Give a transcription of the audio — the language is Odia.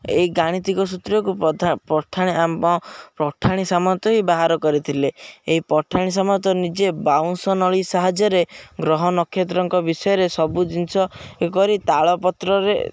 ଏହି ଗାଣିତିକ ସୂତ୍ରକୁ ପଠାଣି ଆମ ପଠାଣି ସାମନ୍ତ ହି ବାହାର କରିଥିଲେ ଏହି ପଠାଣି ସାମନ୍ତ ନିଜେ ବାଉଁଶ ନଳି ସାହାଯ୍ୟରେ ଗ୍ରହ ନକ୍ଷତ୍ରଙ୍କ ବିଷୟରେ ସବୁ ଜିନିଷ କରି ତାଳ ପତ୍ରରେ